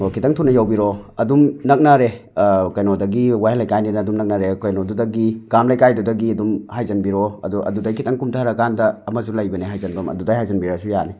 ꯍꯣ ꯈꯤꯇꯪ ꯊꯨꯅ ꯌꯧꯕꯤꯔꯛꯑꯣ ꯑꯗꯨꯝ ꯅꯛꯅꯔꯦ ꯀꯩꯅꯣꯗꯒꯤ ꯋꯥꯍꯦꯡ ꯂꯩꯀꯥꯏꯅꯤꯅ ꯑꯗꯨꯝ ꯅꯛꯅꯔꯦ ꯀꯩꯅꯣꯗꯨꯗꯒꯤ ꯀꯥꯉꯕꯝ ꯂꯩꯀꯥꯏꯗꯨꯗꯒꯤ ꯑꯗꯨꯝ ꯍꯥꯏꯖꯟꯕꯤꯔꯛꯑꯣ ꯑꯗꯣ ꯑꯗꯨꯗꯩ ꯈꯤꯇꯪ ꯀꯨꯝꯊꯔ ꯀꯥꯟꯗ ꯑꯃꯁꯨ ꯂꯩꯕꯅꯦ ꯍꯥꯏꯖꯟꯕꯝ ꯑꯗꯨꯗꯩ ꯖꯥꯏꯖꯟꯕꯤꯔꯛꯑꯁꯨ ꯌꯥꯅꯤ